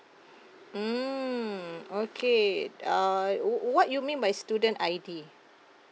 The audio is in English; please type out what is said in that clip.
mm okay uh what what you mean by student I_D